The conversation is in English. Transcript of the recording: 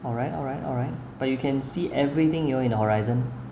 alright alright alright but you can see everything you know in horizon